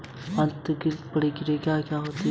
संवितरण की प्रक्रिया क्या होती है?